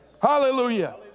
Hallelujah